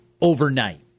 overnight